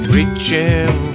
Reaching